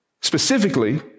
specifically